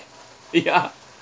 ya